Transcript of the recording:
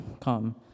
Come